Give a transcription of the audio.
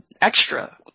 extra